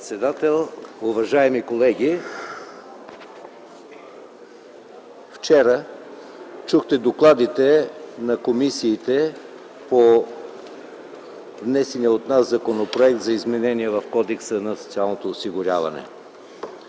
председател, уважаеми колеги! Вчера чухте докладите на комисиите по внесения от нас законопроект за изменения в Кодекса за социалното осигуряване,